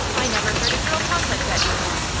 i never heard a girl talk like that before,